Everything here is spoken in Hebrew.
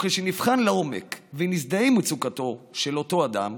וכשנבחן לעומק ונזדהה עם מצוקתו של אותו אדם,